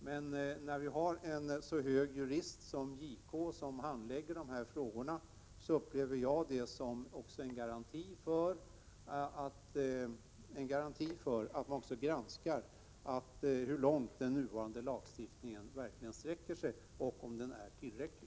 Men när vi har en så hög jurist som JK som handlägger dessa frågor, upplever jag detta som en garanti för att han också granskar hur långt den nuvarande lagstiftningen sträcker sig och om den är tillräcklig.